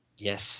Yes